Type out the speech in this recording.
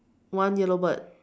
one yellow bird